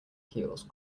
heels